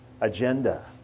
agenda